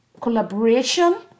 collaboration